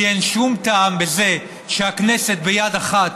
כי אין שום טעם בזה שהכנסת ביד אחת